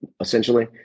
essentially